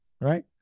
right